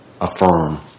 affirm